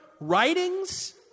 writings